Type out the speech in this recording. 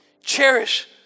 cherish